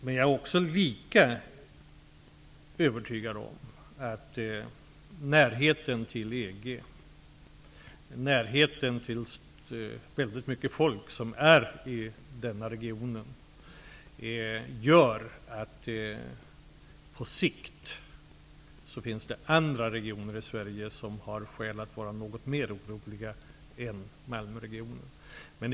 Men jag är lika övertygad om att närheten till EG och närheten till väldigt mycket folk i denna region gör att det finns andra regioner i Sverige som på sikt har skäl att vara något mer oroliga än Malmöregionen.